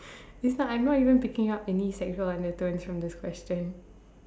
please lah I'm not even picking up any sexual undertones from this question